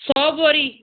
ਸੌ ਬੋਰੀ